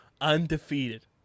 Undefeated